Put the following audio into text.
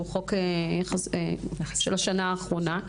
שהוא חוק של השנה האחרונה,